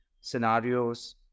scenarios